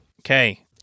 Okay